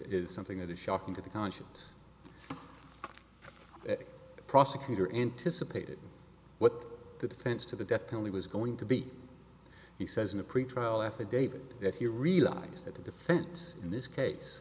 is something that is shocking to the conscience prosecutor intice a paid what the defense to the death penalty was going to be he says in a pretrial affidavit that he realized that the defense in this case